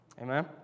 Amen